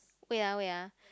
wait ah wait ah